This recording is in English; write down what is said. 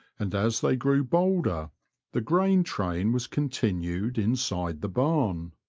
and as they grew bolder the grain-train was continued inside the barn.